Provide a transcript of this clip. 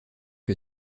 que